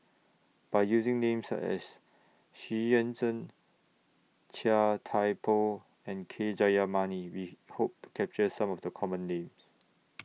By using Names such as Xu Yuan Zhen Chia Thye Poh and K Jayamani We Hope to capture Some of The Common Names